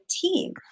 team